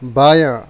بایاں